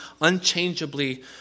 unchangeably